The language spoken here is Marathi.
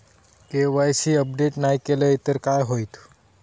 के.वाय.सी अपडेट नाय केलय तर काय होईत?